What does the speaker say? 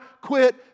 quit